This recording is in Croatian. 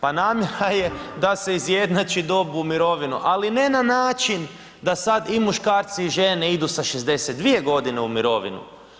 Pa nama je da se izjednači dob u mirovinu, ali ne na način da sad i muškarci i žene idu sa 62 godine u mirovinu.